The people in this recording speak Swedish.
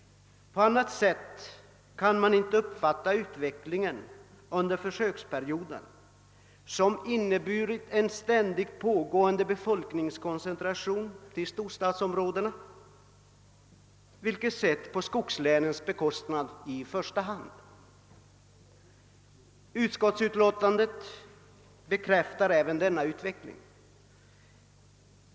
På annat sätt kan man inte uppfatta utvecklingen under försöksperioden, som inneburit en ständigt fortgående befolkningskoncentration till storstadsområdena, vilken skett i första hand på skogslänens bekostnad. Utskottet bekräftar även denna utveckling.